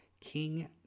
king